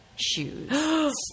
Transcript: shoes